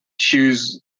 Choose